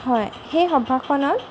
হয় সেই সভাখনত